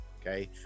okay